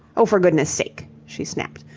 oh, for goodness' sake, she snapped,